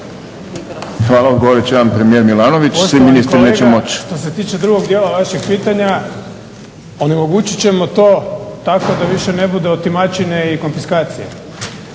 Hvala. Odgovorit će vam premijer Milanović. Svi ministri neće moći.